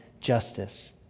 justice